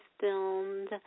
filmed